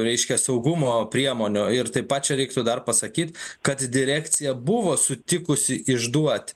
reiškia saugumo priemonių ir taip pat čia reiktų dar pasakyt kad direkcija buvo sutikusi išduoti